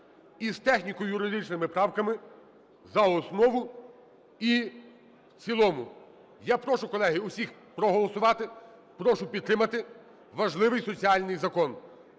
із техніко-юридичними правками за основу і в цілому. Я прошу, колеги, усіх проголосувати. Прошу підтримати важливий соціальний закон.